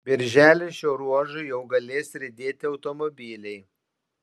birželį šiuo ruožu jau galės riedėti automobiliai